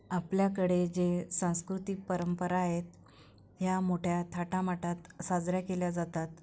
आपल्याकडे ज्या सांस्कृतिक परंपरा आहेत या मोठ्या थाटामाटात साजऱ्या केल्या जातात